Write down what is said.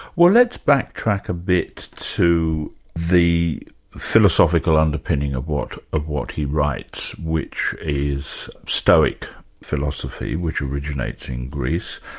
well let's backtrack a bit to the philosophical underpinning of what of what he writes, which is stoic philosophy, which originates in greece